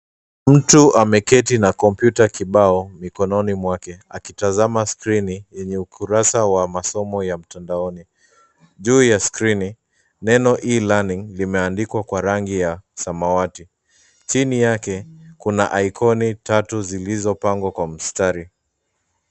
Mtu ameketi na kompyuta kibao mikononi mwake akitazama skrini yenye ukurasa wa masomo ya mtandaoni. Juu ya skrini neno e-learning limeandikwa kwa rangi ya samawati. Chini yake kuna aikoni tatu zilizopangwa kwa mstari.